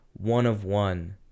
one-of-one